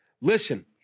Listen